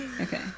Okay